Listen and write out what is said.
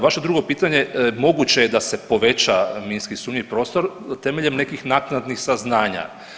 Vaše drugo pitanje, moguće je da se poveća minski sumnjivi prostor temeljem nekih naknadnih saznanja.